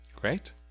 Great